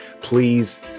please